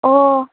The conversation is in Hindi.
और